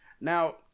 Now